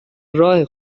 راهی